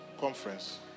conference